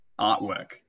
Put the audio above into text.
artwork